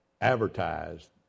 advertised